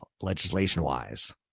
legislation-wise